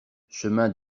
chemin